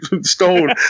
stone